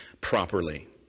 properly